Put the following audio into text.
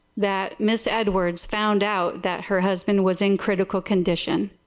that miss edward found out that her husband was in critical condition.